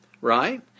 right